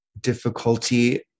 difficulty